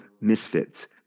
misfits